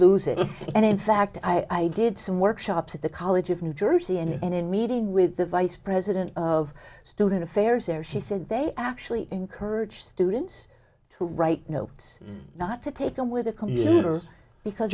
lose it and in fact i did some workshops at the college of new jersey and in meeting with the vice president of student affairs there she said they actually encourage students to write notes not to take them with a commuter's because